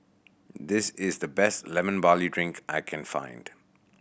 this is the best Lemon Barley Drink that I can find